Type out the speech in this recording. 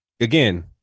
again